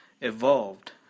evolved